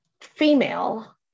female